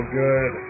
good